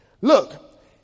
Look